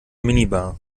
minibar